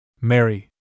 Mary